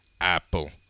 Apple